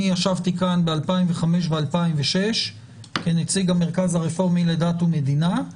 אני ישבתי כאן ב-2005 ו-2006 כנציג המרכז הרפורמי לדת ומדינה,